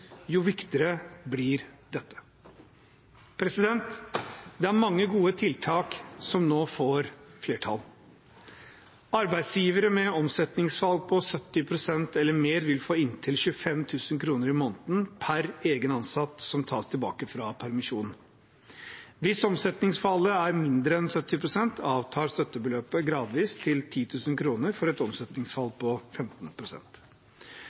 jo viktigere blir dette. Det er mange gode tiltak som nå får flertall. Arbeidsgivere med omsetningsfall på 70 pst. eller mer vil få inntil 25 000 kr i måneden per egen ansatt som tas tilbake fra permisjon. Hvis omsetningsfallet er mindre enn 70 pst., avtar støttebeløpet gradvis til 10 000 kr for et omsetningsfall